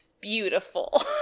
beautiful